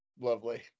Lovely